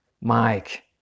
Mike